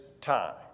time